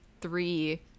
three